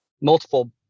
multiple